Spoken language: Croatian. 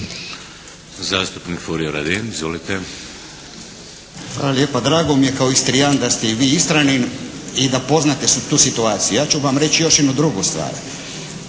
Zastupnik Damir Kajin. Izvolite.